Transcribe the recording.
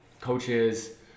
coaches